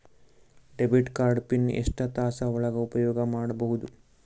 Debit card PIN ಎಷ್ಟ ತಾಸ ಒಳಗ ಉಪಯೋಗ ಮಾಡ್ಬಹುದು?